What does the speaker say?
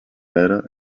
letter